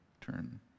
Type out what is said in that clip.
turn